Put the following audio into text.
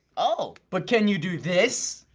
oh! but can you do this?